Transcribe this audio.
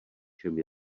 čem